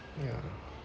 ya